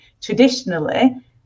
traditionally